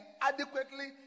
adequately